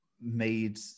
made